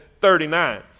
thirty-nine